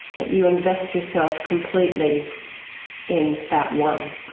that you invest yourself completely in that one.